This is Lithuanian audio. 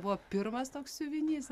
buvo pirmas toks siuvinys